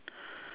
five